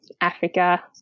Africa